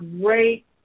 great